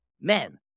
men